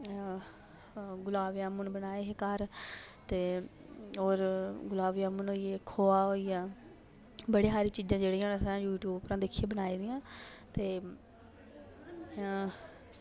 गुलाब जामुन बनाए हे घर ते होर गुलाब जामुन होई गे खोआ होई गेआ बड़ी सारी चीजां जेह्ड़ियां असैं यूटयूब उप्परा दा दिक्खियै बनाई दियां ते